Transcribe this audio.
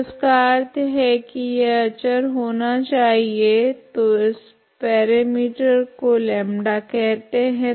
तो इसका अर्थ है की यह अचर होना चाहिए तो इस पेरमीटर को λ कहते है